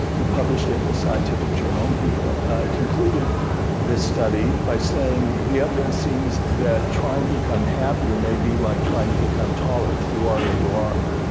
he published it in a scientific journal and he ah concluded this study by saying the evidence seems that trying to become happier may be like be trying to become tolerant you are what you are.